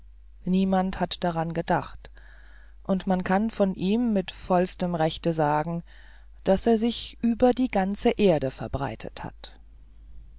niemand hat daran gedacht und man kann von ihm mit vollstem rechte sagen daß er sich über die ganze erde verbreitet hat